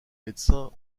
médecins